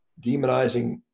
demonizing